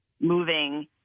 moving